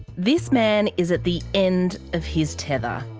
this man is at the end of his tether.